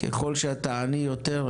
ככל שאתה עני יותר,